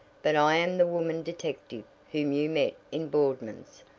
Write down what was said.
but i am the woman detective whom you met in boardman's.